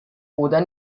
oder